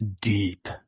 deep